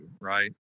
right